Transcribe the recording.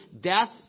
death